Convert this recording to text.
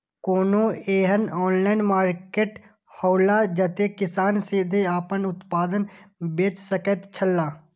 कोनो एहन online market हौला जते किसान सीधे आपन उत्पाद बेच सकेत छला?